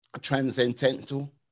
transcendental